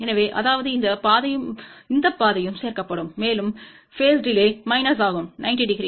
எனவேஅதாவது இந்த பாதையும் இந்த பாதையும் சேர்க்கப்படும் மேலும் பேஸ் டிலே மைனஸ் ஆகும் 90 டிகிரி